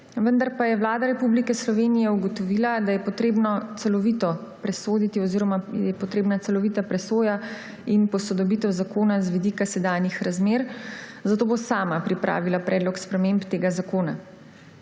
vendar pa je Vlada Republike Slovenije ugotovila, da je potrebna celovita presoja in posodobitev zakona z vidika sedanjih razmer, zato bo sama pripravila predlog sprememb tega zakona.